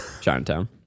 Chinatown